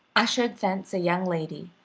ushered thence a young lady,